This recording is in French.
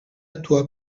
toi